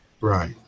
right